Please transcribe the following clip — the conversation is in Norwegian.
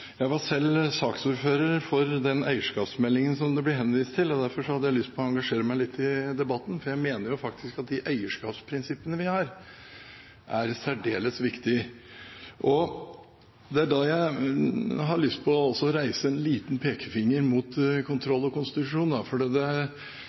Jeg var selv saksordfører for den eierskapsmeldingen det blir henvist til, og derfor hadde jeg lyst til å engasjere meg litt i debatten. Jeg mener at de eierskapsprinsippene vi har, er særdeles viktige. Det er da jeg har lyst til å reise en liten pekefinger mot